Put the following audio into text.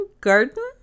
garden